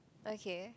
okay